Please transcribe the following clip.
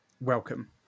welcome